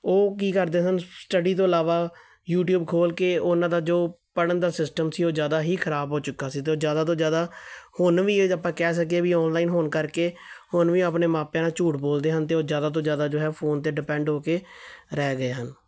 ਉਹ ਕੀ ਕਰਦੇ ਸਨ ਸਟਡੀ ਤੋਂ ਇਲਾਵਾ ਯੂਟੀਊਬ ਖੋਲ ਕੇ ਉਹਨਾਂ ਦਾ ਜੋ ਪੜ੍ਹਨ ਦਾ ਸਿਸਟਮ ਸੀ ਉਹ ਜ਼ਿਆਦਾ ਹੀ ਖ਼ਰਾਬ ਹੋ ਚੁੱਕਾ ਸੀ ਤੇ ਉਹ ਜ਼ਿਆਦਾ ਤੋਂ ਜ਼ਿਆਦਾ ਹੁਣ ਵੀ ਆਪਾਂ ਕਹਿ ਸਕੀਏ ਵੀ ਔਨਲਾਈਨ ਹੋਣ ਕਰਕੇ ਹੁਣ ਵੀ ਆਪਣੇ ਮਾਪਿਆਂ ਨਾਲ ਝੂਠ ਬੋਲਦੇ ਹਨ ਅਤੇ ਉਹ ਜ਼ਿਆਦਾ ਤੋਂ ਜ਼ਿਆਦਾ ਜੋ ਹੈ ਫੋਨ 'ਤੇ ਡਿਪੈਂਡ ਹੋ ਕੇ ਰਹਿ ਗਏ ਹਨ